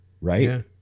Right